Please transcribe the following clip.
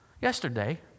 Yesterday